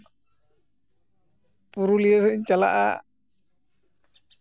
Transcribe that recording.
ᱯᱩᱨᱩᱞᱤᱭᱟᱹ ᱥᱮᱫ ᱤᱧ ᱪᱟᱞᱟᱜᱼᱟ